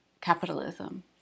capitalism